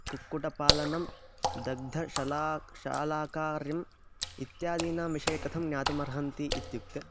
कुक्कुटपालनं दग्धशलाकं शालाकार्यम् इत्यादीनां विषये कथं ज्ञातुमर्हन्ति इत्युक्ते